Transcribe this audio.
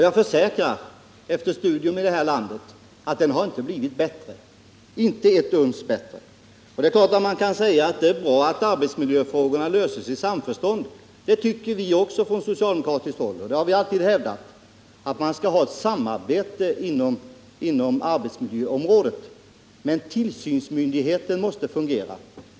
Jag försäkrar, efter studier i det här landet, att den inte har blivit bättre — inte ett uns bättre. Det är klart att man kan säga att det är bra att arbetsmiljöproblemen löses i samförstånd — det tycker också vi på socialdemokratiskt håll, och vi har alltid hävdat att man skall ha samarbete inom arbetsmiljöområdet — men tillsynsmyndigheten måste fungera.